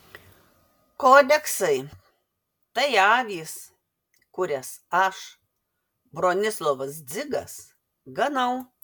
kodeksai tai avys kurias aš bronislovas dzigas ganau